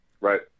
Right